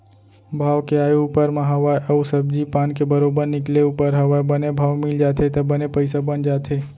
भाव के आय ऊपर म हवय अउ सब्जी पान के बरोबर निकले ऊपर हवय बने भाव मिल जाथे त बने पइसा बन जाथे